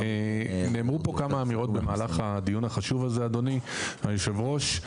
נאמרו פה כמה אמירות במהלך הדיון החשוב הזה אדוני יושב הראש,